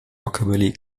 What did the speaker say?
rockabilly